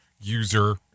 user